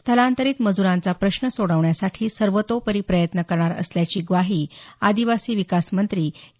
स्थलांतरित मजरांचा प्रश्न सोडवण्यासाठी सर्वतोपरी प्रयत्न करणार असल्याची ग्वाही आदिवासी विकास मंत्री के